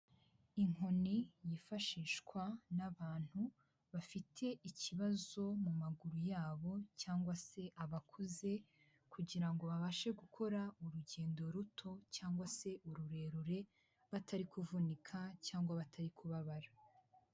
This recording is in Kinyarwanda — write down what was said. Inkoni yifashishwa n'abantu bafite ikibazo mu maguru yabo cyangwa se abakuze, kugira ngo babashe gukora urugendo ruto cyangwa se ururerure, batari kuvunika cyangwa batari kubabara.